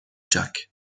jak